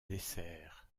dessert